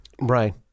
right